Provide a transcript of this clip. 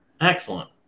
Excellent